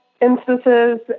instances